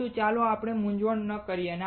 પરંતુ ચાલો આપણે મૂંઝવણમાં ન આવીએ